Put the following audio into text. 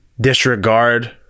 disregard